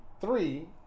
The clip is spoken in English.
Three